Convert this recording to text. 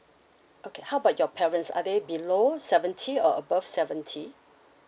okay how about your parents are they below seventy or above seventy